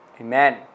Amen